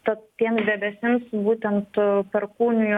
tad tiems debesims būtent perkūnijų